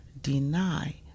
deny